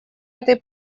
этой